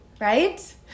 Right